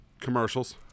Commercials